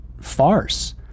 farce